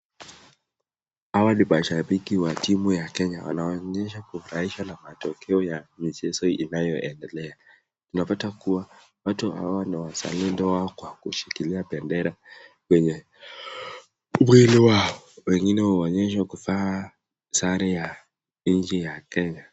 Hawa ni mashabiki wa timu ya kenya wanaonyesha kufurahishwa na matokeo ya michezo inayoendelea. Unapata kuwa watu hawa ni wazalendo kwa kushikilia bendera kwenye mwili wao, wengine huonyeshwa kuvaa sare ya nchi ya kenya.